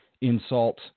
insult